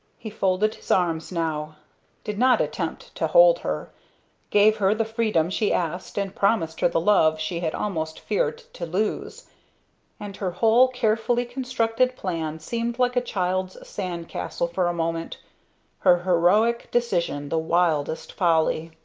he folded his arms now did not attempt to hold her gave her the freedom she asked and promised her the love she had almost feared to lose and her whole carefully constructed plan seemed like a child's sand castle for a moment her heroic decision the wildest folly.